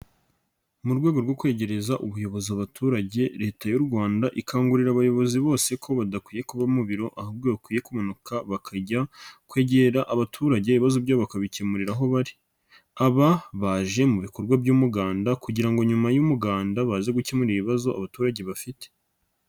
Mu rwego rwo kwegereza ubuyobozi abaturage Leta y'u Rwanda ikangurira abayobozi bose ko badakwiye kuba mu biro ahubwo bakwiye kumanuka bakajya kwegera abaturage ibibazo bbyabo bakabikemurira aho bari, aba baje mu bikorwa by'umuganda kugira ngo nyuma y'umuganda baze gukemura ibibazo abaturage bafite.